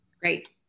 Great